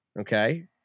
okay